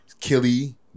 Killy